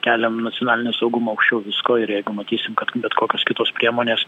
keliam nacionalinį saugumą aukščiau visko ir jeigu matysim kad bet kokios kitos priemonės